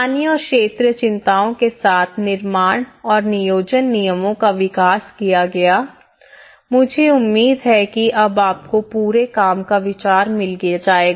स्थानीय और क्षेत्रीय चिंताओं के साथ निर्माण और नियोजन नियमों का विकास किया गया मुझे उम्मीद है कि अब आपको पूरे काम का विचार मिल जाएगा